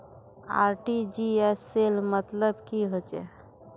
RTGS सेल मतलब की होचए?